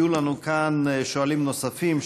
יהיו לנו כאן שואלים נוספים,